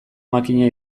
makina